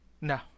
No